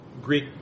Greek